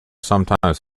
sometimes